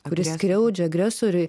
kuris skriaudžia agresoriui